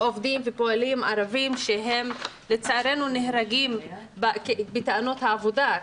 עובדים ופועלים ערבים שלצערי הם נהרגים בתאונות העבודה.